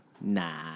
Nah